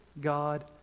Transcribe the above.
God